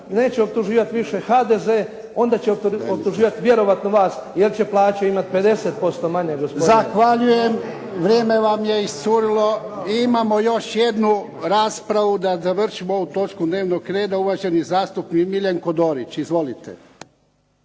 neće optuživat više HDZ, onda će optuživat vjerojatno vas jer će plaćat imat 50% manje. **Jarnjak, Ivan (HDZ)** Zahvaljujem! Vrijeme vam je iscurilo. I imamo još jednu raspravu da završimo ovu točku dnevnog reda. Uvaženi zastupnik Miljenko Dorić, izvolite.